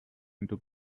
into